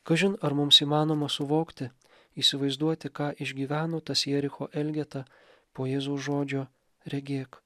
kažin ar mums įmanoma suvokti įsivaizduoti ką išgyveno tas jericho elgeta po jėzaus žodžio regėk